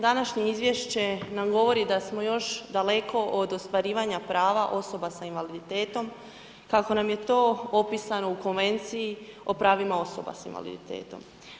Današnje izvješće nam govori da smo još daleko od ostvarivanja prava osoba sa invaliditetom, kako nam je to opisano u konvenciji o pravima osoba s invaliditetom.